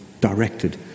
directed